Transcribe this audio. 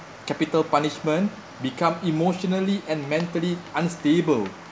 capital punishment become emotionally and mentally unstable